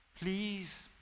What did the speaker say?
please